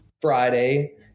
Friday